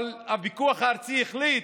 אבל הפיקוח הארצי החליט,